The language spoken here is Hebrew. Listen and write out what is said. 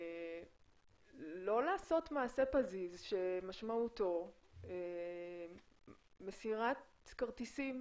לא לעשות מעשה פזיז שמשמעותו מסירת כרטיסים